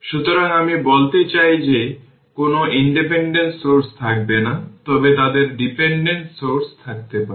সুতরাং আমি বলতে চাই যে কোন ইন্ডিপেন্ডেন্ট সোর্স থাকবে না তবে তাদের ডিপেন্ডেন্ট সোর্স থাকতে পারে